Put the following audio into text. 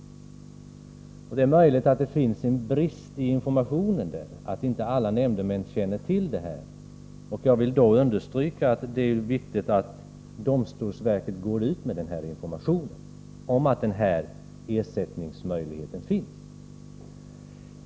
Det kan tänkas att det har brustit i informationen, så att inte alla nämndemän känner till bestämmelsen. Jag vill då understryka att det är viktigt att domstolsverket går ut med information om att denna ersättningsmöjlighet finns.